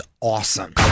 awesome